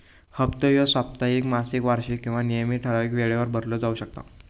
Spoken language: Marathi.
हप्तो ह्यो साप्ताहिक, मासिक, वार्षिक किंवा नियमित ठरावीक वेळेवर भरलो जाउ शकता